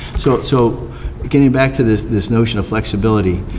so so getting back to this this notion of flexibility,